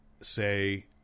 say